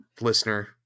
listener